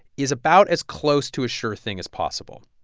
is about as close to a sure thing as possible.